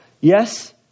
Yes